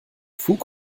fug